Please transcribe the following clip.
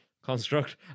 Construct